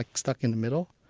like stuck in the middle.